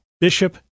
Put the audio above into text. Bishop